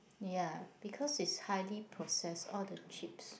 ya because it's highly processed all the chips